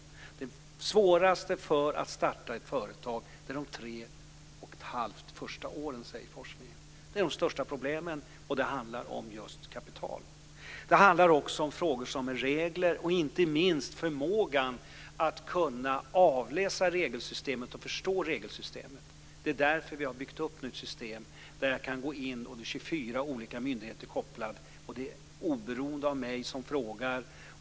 Den svåraste tiden för den som ska starta ett företag är enligt forskningen de tre och ett halvt första åren. Då har man de största problemen, och det handlar just om kapital. Det handlar också om regler och inte minst om förmågan att avläsa regelsystemet och förstå det. Det är därför som vi nu har byggt upp ett system där vem som helst kan gå in på en webbsida med 24 sammankopplade myndigheter och ställa frågor.